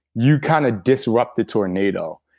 you kind of disrupt a tornado.